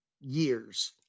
years